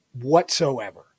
whatsoever